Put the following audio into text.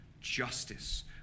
justice